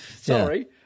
sorry